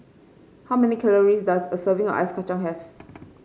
how many calories does a serving of Ice Kacang have